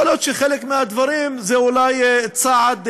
יכול להיות שחלק מהדברים הם אולי צעד סמלי,